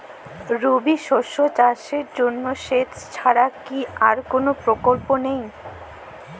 রবি শস্য চাষের জন্য সেচ ছাড়া কি আর কোন বিকল্প নেই?